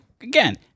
again